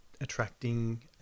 attracting